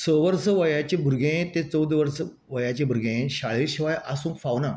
स वर्सा वयाचें भुरगें ते चोवदा वर्साचें भुरगें शाळे शिवाय आसूंक फावनां